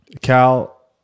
Cal